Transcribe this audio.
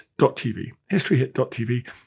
historyhit.tv